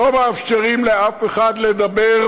לא מאפשרים לאף אחד לדבר,